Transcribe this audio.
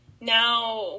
now